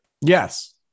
Yes